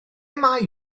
mae